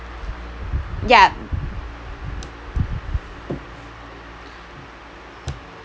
ya